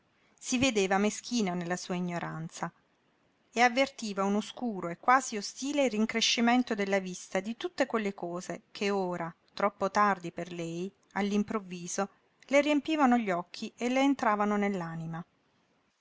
si vedeva meschina nella sua ignoranza e avvertiva un oscuro e quasi ostile rincrescimento della vista di tutte quelle cose che ora troppo tardi per lei all'improvviso le riempivano gli occhi e le entravano